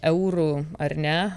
eurų ar ne